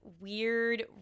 weird